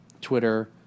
Twitter